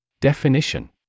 Definition